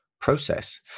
process